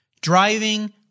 driving